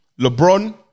LeBron